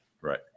Right